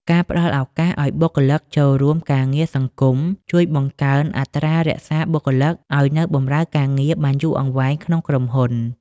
ការផ្ដល់ឱកាសឱ្យបុគ្គលិកចូលរួមការងារសង្គម ជួយបង្កើនអត្រារក្សាបុគ្គលិកឱ្យនៅបម្រើការងារបានយូរអង្វែងក្នុងក្រុមហ៊ុន។